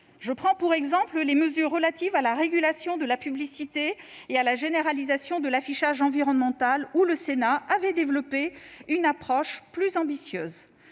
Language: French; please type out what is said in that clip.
J'en prends pour exemple les mesures relatives à la régulation de la publicité et à la généralisation de l'affichage environnemental, pour lesquelles le Sénat avait développé une approche plus ambitieuse.